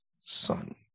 son